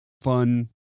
fun